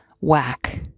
whack